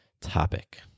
topic